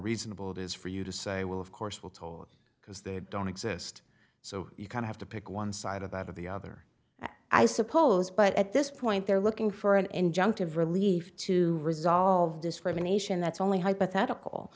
reasonable it is for you to say well of course we're told because they don't exist so you can have to pick one side of that of the other i suppose but at this point they're looking for an end jumped of relief to resolve discrimination that's only hypothetical